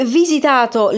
visitato